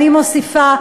אני מוסיפה,